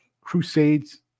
Crusades